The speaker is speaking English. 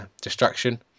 distraction